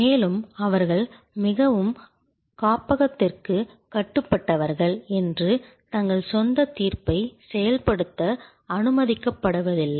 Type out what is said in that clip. மேலும் அவர்கள் மிகவும் காப்பகத்திற்கு கட்டுப்பட்டவர்கள் என்று தங்கள் சொந்த தீர்ப்பை செயல்படுத்த அனுமதிக்கப்படுவதில்லை